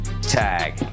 Tag